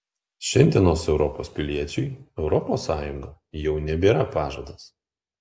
šiandienos europos piliečiui europos sąjunga jau nebėra pažadas